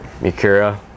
Mikura